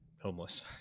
homeless